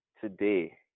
today